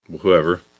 whoever